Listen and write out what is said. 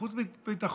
בחוץ וביטחון,